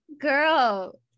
Girl